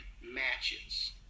matches